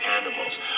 animals